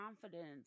confidence